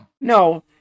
No